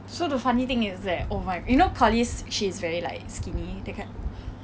so the funny thing is that oh my you know corliss she's very like skinny that kind